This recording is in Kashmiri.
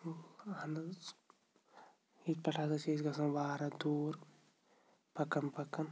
اَہَن حظ ییٚتہِ پٮ۪ٹھ حظ ٲسی أسۍ گژھان واراہ دوٗر پَکان پَکان